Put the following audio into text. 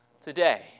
today